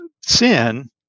sin